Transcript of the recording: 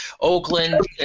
Oakland